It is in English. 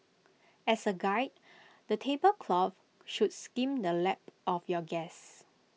as A guide the table cloth should skim the lap of your guests